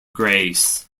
grace